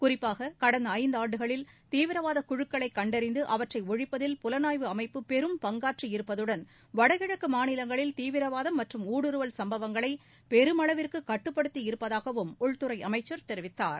குறிப்பாக கடந்த ஐந்தாண்டுகளில் தீவிரவாத குழுக்களை கண்டறிந்து அவற்றை ஒழிப்பதில் புலனாய்வு அமைப்பு பெரும் பங்காற்றியிருப்பதுடன் வடகிழக்கு மாநிலங்களில் தீவிரவாதம் மற்றும் ஊடுருவல் சும்பவங்களை பெருமளவிற்கு கட்டுப்படுத்தியிருப்பதாகவும் உள்துறை அமைச்சர் தெரிவித்தார்